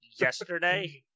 yesterday